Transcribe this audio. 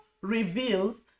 reveals